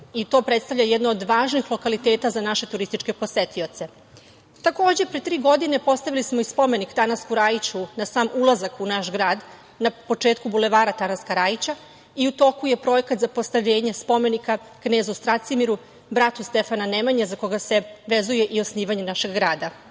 i to predstavlja jedno od važnih lokaliteta za naše turističke posetioce. Takođe, pre tri godine postavili smo i spomenik Tanasku Rajiću na sam ulazak u naš grad, na početku Bulevara Tanaska Rajića i u toku je projekat za postavljenje Spomenika knezu Stracimiru, bratu Stefana Nemanje, za koga se vezuje i osnivanje našeg grada. Kao